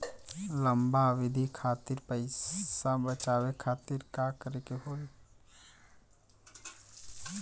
लंबा अवधि खातिर पैसा बचावे खातिर का करे के होयी?